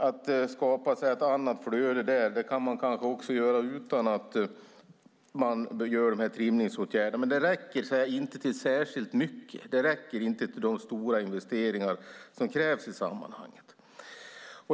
Att skapa ett annat flöde där kanske man också kan göra utan att göra dessa trimningsåtgärder, men det räcker inte till särskilt mycket. Det räcker inte till de stora investeringar som krävs i sammanhanget.